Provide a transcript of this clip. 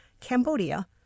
Cambodia